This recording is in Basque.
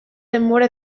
denbora